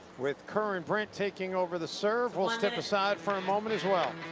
with kerr and brent taking over the serve. we'll step aside for a moment as well.